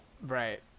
Right